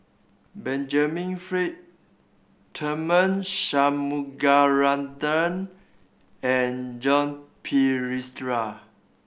Benjamin Frank Tharman Shanmugaratnam and Joan Pereira